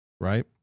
right